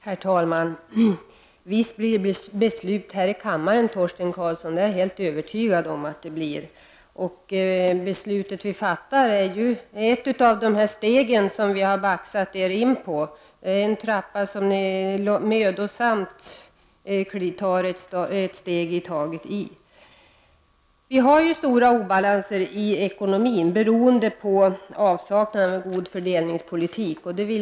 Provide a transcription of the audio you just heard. Herr talman! Visst blir det ett beslut här i kammaren, Torsten Karlsson — det är jag helt övertygad om. Det beslut vi fattar är ett av de steg som vi har baxat er socialdemokrater in på. Det är en trappa som ni mödosamt tar ett steg i taget i. Det är stora obalanser i ekonomin, beroende på avsaknaden av god fördelningspolitik.